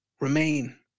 remain